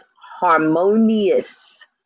harmonious